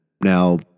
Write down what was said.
now